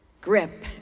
grip